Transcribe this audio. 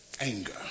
anger